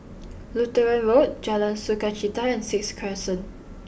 Lutheran Road Jalan Sukachita and Sixth Crescent